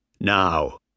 Now